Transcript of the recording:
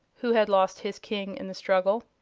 who had lost his king in the struggle.